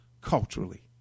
culturally